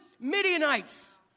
Midianites